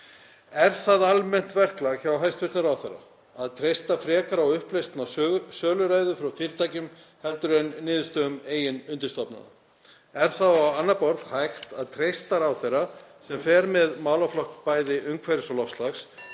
Er það almennt verklag hjá hæstv. ráðherra að treysta frekar á uppblásna söluræðu frá fyrirtækjum heldur en niðurstöðum eigin undirstofnana? Er þá á annað borð hægt að treysta ráðherra sem fer með málaflokk bæði umhverfis og loftslags